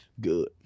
good